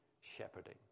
shepherding